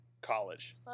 college